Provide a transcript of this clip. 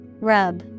Rub